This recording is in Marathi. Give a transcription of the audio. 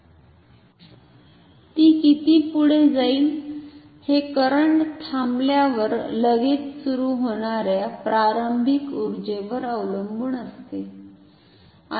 ती किती पुढे जाईल हे करंट थांबल्यावर लगेच सुरू होणार्या प्रारंभिक उर्जेवर अवलंबून असते